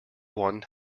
one